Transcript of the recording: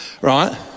Right